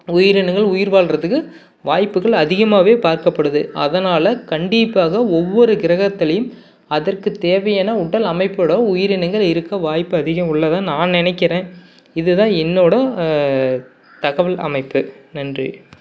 உயிரினங்கள் உயிர் வாழறதுக்கு வாய்ப்புகள் அதிகமாகவே பார்க்கப்படுது அதனால் கண்டிப்பாக ஒவ்வொரு கிரகத்திலையும் அதற்கு தேவையான உடல் அமைப்போடு உயிரினங்கள் இருக்க வாய்ப்பு அதிகம் உள்ளதாக நான் நினைக்கிறேன் இதுதான் என்னோடய தகவல் அமைப்பு நன்றி